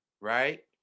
right